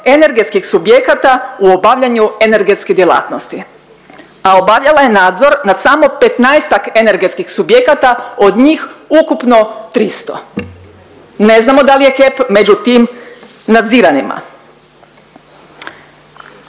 energetskih subjekata u obavljanju energetske djelatnosti, a obavljala je nadzor nad samo petnaestak energetskih subjekata od njih ukupno 300. Ne znamo je li HEP među tim nadziranima.